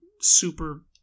super